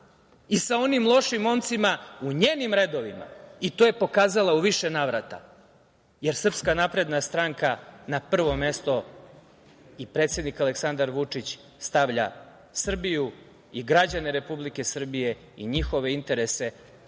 i sa onim lošim momcima u njenim redovima i to je pokazala u više navrata. Srpska napredna stranka i predsednik Aleksandar Vučić na prvo mesto stavlja Srbiju i građane Republike Srbije i njihove interese,